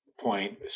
point